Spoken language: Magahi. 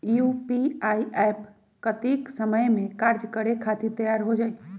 यू.पी.आई एप्प कतेइक समय मे कार्य करे खातीर तैयार हो जाई?